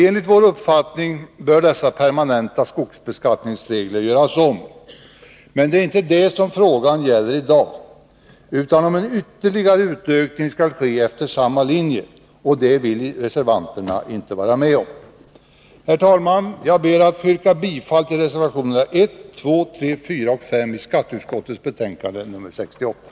Enligt vår uppfattning bör dessa permanenta skogsbeskattningsregler göras om, men det är inte det som frågan gäller i dag, utan den gäller huruvida en ytterligare utökning skall ske efter samma linje, och det vill reservanterna inte vara med om. Herr talman! Jag ber att få yrka bifall till reservationerna 1, 2, 3, 4 och 5 i skatteutskottets betänkande nr 68.